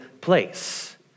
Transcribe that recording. place